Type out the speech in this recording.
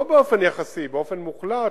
לא באופן יחסי, באופן מוחלט.